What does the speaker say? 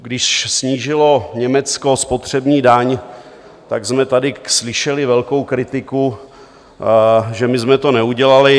Když snížilo Německo spotřební daň, tak jsme tady slyšeli velkou kritiku, že my jsme to neudělali.